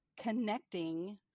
connecting